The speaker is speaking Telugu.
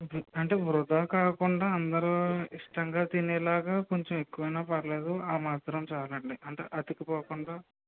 అంటే వృధా కాకుండా అందరు ఇష్టంగా తినేలాగ కొంచం ఎక్కువ అయిన పర్లేదు ఆ మాత్రం చాలండి అంటే అతుకు పోకుండా